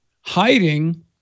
hiding